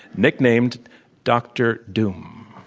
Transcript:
nicknamed dr. doom.